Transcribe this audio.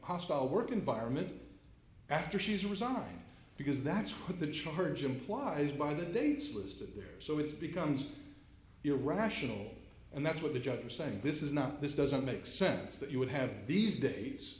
hostile work environment after she's resigned because that's what the charge implies by the dates listed there so it becomes your rational and that's what the judge was saying this is not this doesn't make sense that you would have these da